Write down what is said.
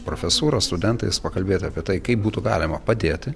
profesūra studentais pakalbėti apie tai kaip būtų galima padėti